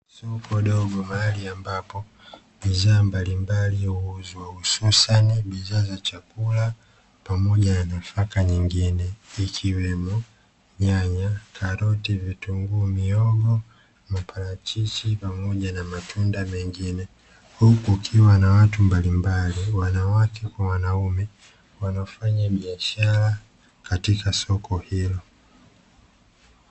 Soko dogo mahali ambapo bidhaa mbalimbali huuzwa, hususani bidhaa za chakula pamoja na nafaka nyingine, ikiwemo: nyanya, karoti, vitunguu, mihogo, maparachichi pamoja na matunda mengine, huku kukiwa na watu mbalimbali wanawake kwa wanaume wanaofanya biashara katika soko hilo.